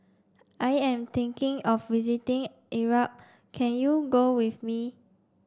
I am thinking of visiting Iraq can you go with me